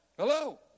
Hello